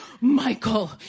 Michael